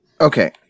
okay